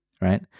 right